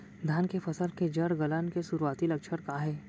धान के फसल के जड़ गलन के शुरुआती लक्षण का हे?